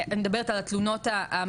אני מדברת על התלונות המקוונות,